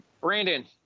Brandon